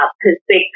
perspective